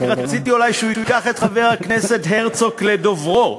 רק רציתי אולי שהוא ייקח את חבר הכנסת הרצוג לדוברו.